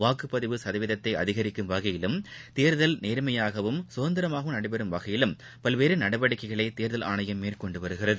வாக்குப்பதிவு சதவீதத்தைஅதிகரிக்கும் வகையிலும் தேர்தல் நேர்மையாகவும் சுதந்திரமாகவும் நடைபெறும் வகையிலும் பல்வேறுநடவடிக்கைகளைதேர்தல் ஆணையம் மேற்கொண்டுவருகிறது